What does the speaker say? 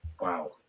Wow